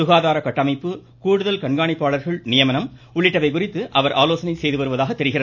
சுகாதார கட்டமைப்பு கூடுதல் களப்பணியாளர்கள் நியமனம் உள்ளிட்டவை குறித்து அவர் ஆலோசித்து வருவதாக தெரிகிறது